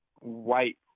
white